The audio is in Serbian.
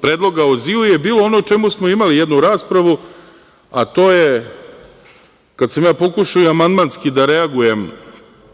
predloga o azilu je bila ono o čemu smo imali jednu raspravu, a to je, kad sam pokušao amandmanski da reagujem